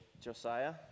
Josiah